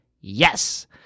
Yes